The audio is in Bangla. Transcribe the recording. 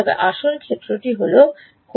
তবে আসল ক্ষেত্রটি হল exponential সাইন এবং কোস